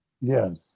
Yes